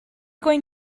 going